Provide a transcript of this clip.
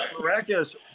miraculous